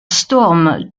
storm